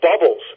bubbles